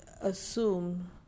assume